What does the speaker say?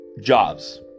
jobs